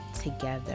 together